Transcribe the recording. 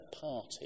party